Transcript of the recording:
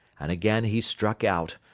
and again he struck out,